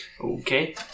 Okay